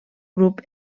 grup